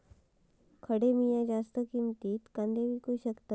खडे मी जास्त किमतीत कांदे विकू शकतय?